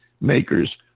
makers